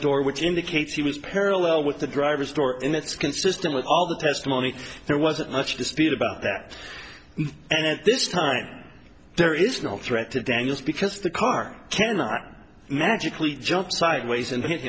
door which indicates he was parallel with the driver's door and that's consistent with all the testimony there wasn't much dispute about that and at this time there is no threat to daniels because the car cannot magically jump sideways and hit